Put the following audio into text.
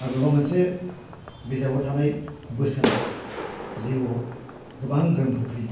माबेबा मोनसे बिजाबाव थानाय बोसोना जिउआव गोबां गोहोम खोख्लैयो